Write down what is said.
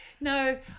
No